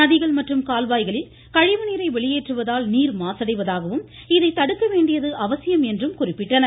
நதிகள் மற்றும் கால்வாய்களில் கழிவுநீரை வெளியேற்றுவதால் நீர் மாசடைவதாகவும் இதைத்தடுக்க வேண்டியது அவசியம் என்றும் குறிப்பிட்டனர்